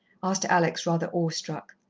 asked alex, rather awe-struck.